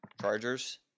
Chargers